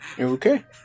Okay